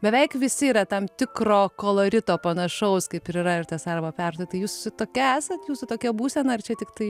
beveik visi yra tam tikro kolorito panašaus kaip ir yra ir tas arba perduoti jūs tokie esat jūsų tokia būsena ar čia tiktai